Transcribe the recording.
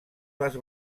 les